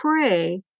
pray